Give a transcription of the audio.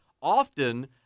often